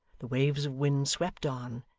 the waves of wind swept on,